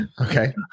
okay